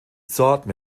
sorten